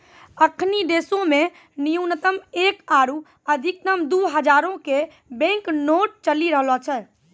अखनि देशो मे न्यूनतम एक आरु अधिकतम दु हजारो के बैंक नोट चलि रहलो छै